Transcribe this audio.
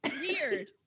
Weird